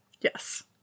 yes